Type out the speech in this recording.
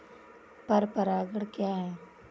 पर परागण क्या है?